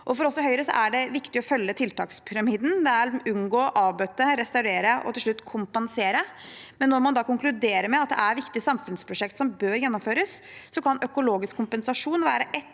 For oss i Høyre er det viktig å følge tiltakspyramiden, som er å unngå, avbøte, restaurere og til slutt kompensere. Når man da konkluderer med at det er viktige samfunnsprosjekter som bør gjennomføres, kan økologisk kompensasjon være ett